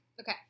Okay